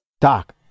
Doc